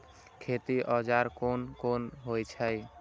खेती औजार कोन कोन होई छै?